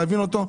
להבין אותו,